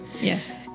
Yes